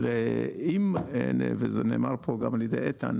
אם רוצים וזה נאמר פה גם על ידי איתן